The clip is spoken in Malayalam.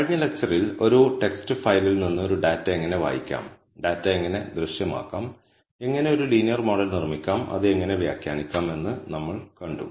കഴിഞ്ഞ ലെക്ച്ചറിൽ ഒരു ടെക്സ്റ്റ് ഫയലിൽ നിന്ന് ഒരു ഡാറ്റ എങ്ങനെ വായിക്കാം ഡാറ്റ എങ്ങനെ ദൃശ്യമാക്കാം എങ്ങനെ ഒരു ലീനിയർ മോഡൽ നിർമ്മിക്കാം അത് എങ്ങനെ വ്യാഖ്യാനിക്കാം എന്ന് നമ്മൾ കണ്ടു